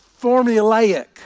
formulaic